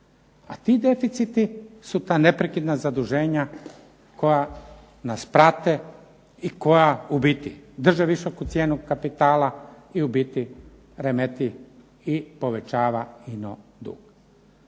a ti deficiti su ta neprekidna zaduženja koja nas prate i koja u biti drže visoku cijenu kapitala i u biti remeti i povećava ino dug.